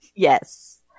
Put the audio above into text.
Yes